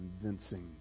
convincing